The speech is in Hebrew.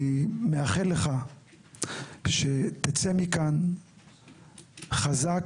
אני מאחל לך שתצא מכאן חזק,